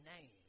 name